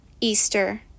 Easter